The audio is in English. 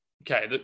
Okay